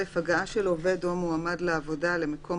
(א)הגעה של עובד או מועמד לעבודה למקום